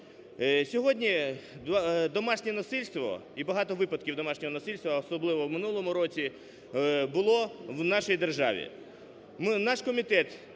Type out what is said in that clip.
Сьогодні домашнє насильство і багато випадків домашнього насильства, а особливо в минулому році було в нашій державі.